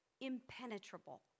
impenetrable